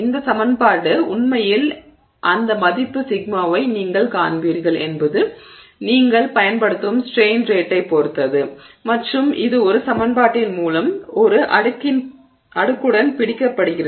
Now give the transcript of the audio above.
இந்த சமன்பாடு உண்மையில் அந்த மதிப்பு σy நீங்கள் காண்பீர்கள் என்பது நீங்கள் பயன்படுத்தும் ஸ்ட்ரெய்ன் ரேட்டைப் பொறுத்தது மற்றும் இது ஒரு சமன்பாட்டின் மூலம் ஒரு அடுக்குடன் பிடிக்கப்படுகிறது